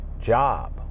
job